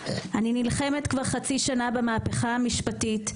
אני נלחמת כבר חצי שנה במהפכה המשפטית,